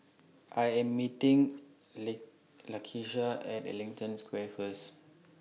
I Am meeting They Lakesha At Ellington Square First